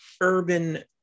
urban